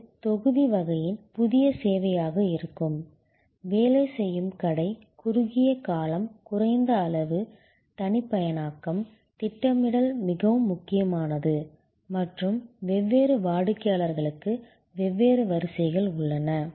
இது தொகுதி வகையின் புதிய சேவையாக இருக்கும் வேலை செய்யும் கடை குறுகிய காலம் குறைந்த அளவு தனிப்பயனாக்கம் திட்டமிடல் மிகவும் முக்கியமானது மற்றும் வெவ்வேறு வாடிக்கையாளர்களுக்கு வெவ்வேறு வரிசைகள் உள்ளன